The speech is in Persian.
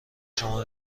شما